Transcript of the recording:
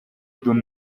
дүн